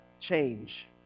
change